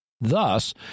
Thus